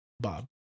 bob